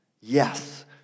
Yes